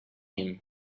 him